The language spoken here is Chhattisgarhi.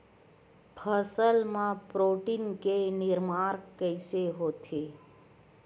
फसल मा प्रोटीन के निर्माण कइसे होथे?